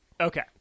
Okay